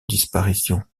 disparition